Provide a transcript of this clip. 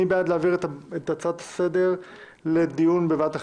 מי בעד להעביר את הדיון בהצעה לסדר לוועדת החינוך?